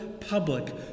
public